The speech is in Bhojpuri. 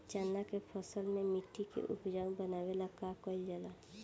चन्ना के फसल में मिट्टी के उपजाऊ बनावे ला का कइल जाला?